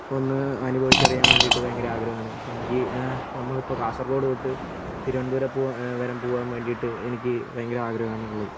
ഒന്ന് അനുഭവിച്ചറിയാൻ വേണ്ടീട്ട് ഭയങ്കര ആഗ്രഹമാണ് അപ്പോൾ എനിക്ക് നമ്മളിപ്പോൾ കാസർഗോഡ് തൊട്ട് തിരുവനന്തപുരം പൂവാ വരെ പൂവാൻ വേണ്ടീട്ട് എനിക്ക് ഭയങ്കര ആഗ്രഹമാണ് ഉള്ളത്